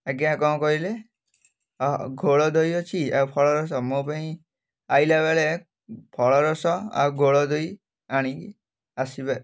ଆଜ୍ଞା କ'ଣ କହିଲେ ଘୋଳ ଦହି ଅଛି ଆଉ ଫଳ ରସ ମୋ ପାଇଁ ଆସିଲା ବେଳେ ଫଳ ରସ ଆଉ ଘୋଳ ଦହି ଆଣି ଆସିବେ